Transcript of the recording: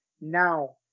now